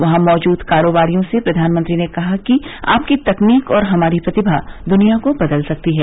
वहां मौजूद कारोबारियों से प्रधानमंत्री ने कहा कि आपकी तकनीक और हमारी प्रतिभा दुनिया को बदल सकती है